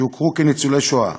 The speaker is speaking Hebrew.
יוכרו כניצולי השואה.